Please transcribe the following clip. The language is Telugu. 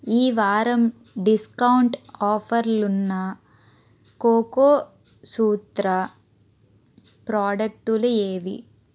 ఈ వారం డిస్కౌంట్ ఆఫర్లున్న కోకోసూత్ర ప్రోడక్టులు ఏవి